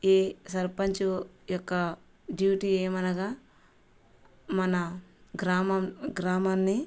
ఈ సర్పంచు యొక్క డ్యూటీ ఏమనగా మన గ్రామం గ్రామాన్ని